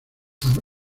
are